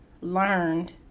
learned